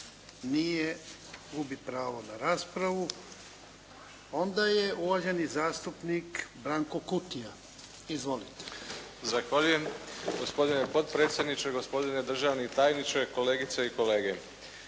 Nije. Gubi pravo na raspravu. Onda je uvaženi zastupnik Branko Kutija. Izvolite. **Kutija, Branko (HDZ)** Zahvaljujem. Gospodine potpredsjedniče, gospodine državni tajniče, kolegice i kolege.